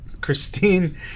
Christine